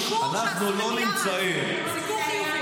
אני רוצה לחדד את זה.